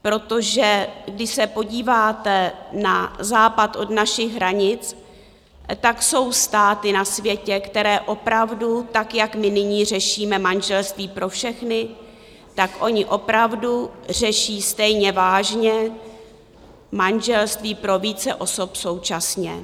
Protože když se podíváte na západ od našich hranic, tak jsou státy na světě, které opravdu tak, jak my nyní řešíme manželství pro všechny, tak oni opravdu řeší stejně vážně manželství pro více osob současně.